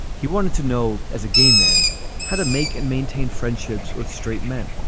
he wanted to know as a gay man how to make and maintain friendships with straight men.